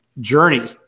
journey